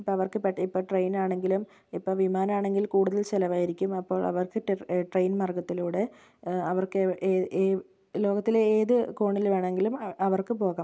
ഇപ്പോൾ അവർക്കിപ്പോൾ ട്ര ട്രയിനാണെങ്കിലും ഇപ്പം വിമാനമാണെങ്കിൽ കൂടുതൽ ചെലവായിരിക്കും അപ്പോൾ അവർക്ക് ട്ട ട്രെയിൻ മാർഗ്ഗത്തിലൂടെ അവർക്ക് ഏ ലോകത്തിലെ ഏത് കോണിൽ വേണമെങ്കിലും അവർക്ക് പോകാം